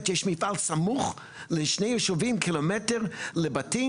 מפעל סמוך לשני ישובים קילומטר לבתים?